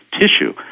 tissue